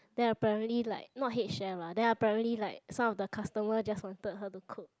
then apparently like not head chef lah then apparently like some of the customer just wanted her to cook